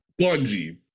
Bungie